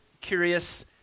curious